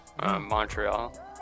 Montreal